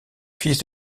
fils